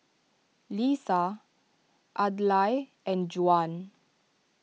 Leesa Adlai and Juwan